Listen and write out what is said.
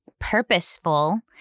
Purposeful